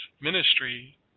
ministry